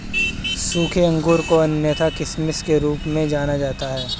सूखे अंगूर को अन्यथा किशमिश के रूप में जाना जाता है